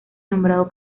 nombrado